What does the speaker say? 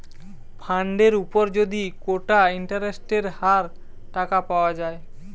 ফান্ডের উপর যদি কোটা ইন্টারেস্টের হার টাকা পাওয়া যায়